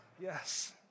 Yes